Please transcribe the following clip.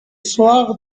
soir